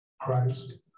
Christ